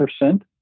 percent